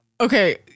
Okay